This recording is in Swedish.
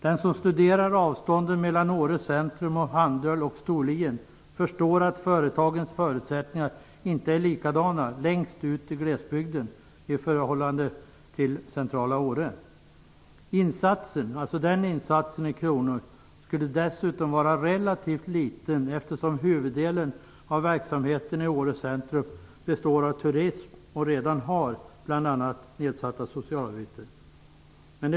Den som studerar avstånden mellan Åre centrum och Handöl och Storlien förstår att företagens förutsättningar inte är likadana längst ut i glesbygden som i centrala Åre. Den insats i kronor som det gäller skulle dessutom vara relativt liten, eftersom huvuddelen av verksamheten i Åre centrum består av turism och redan har bl.a. nedsatta socialavgifter.